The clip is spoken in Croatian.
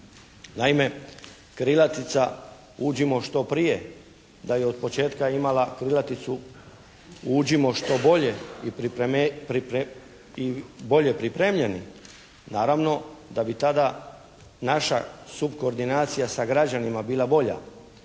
Naime, krilatica uđimo što prije, da je od početka imala krilaticu uđimo što bolje i bolje pripremljeni naravno da bi tada naša subkoordinacija sa građanima bila bolja.